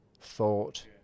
thought